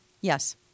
Yes